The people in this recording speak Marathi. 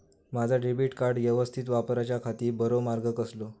माजा डेबिट कार्ड यवस्तीत वापराच्याखाती बरो मार्ग कसलो?